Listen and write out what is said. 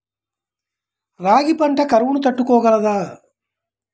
రాగి పంట కరువును తట్టుకోగలదా?